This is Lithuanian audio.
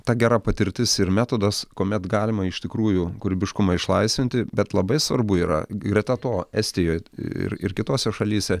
ta gera patirtis ir metodas kuomet galima iš tikrųjų kūrybiškumą išlaisvinti bet labai svarbu yra greta to estijo ir ir kitose šalyse